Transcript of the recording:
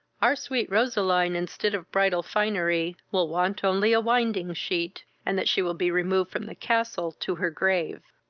our sweet roseline, instead of bridal finery, will want only a winding sheet, and that she will be removed from the castle to her grave.